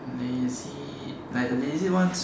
lazy like the lazy ones